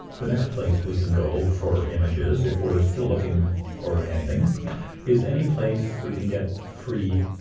the next place we can go for images if we're still looking or anything is anyplace we can get free,